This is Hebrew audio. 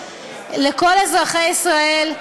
לכל אזרחי ישראל,